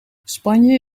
spanje